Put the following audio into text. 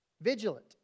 vigilant